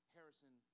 Harrison